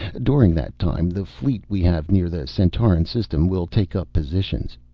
during that time the fleet we have near the centauran system will take up positions.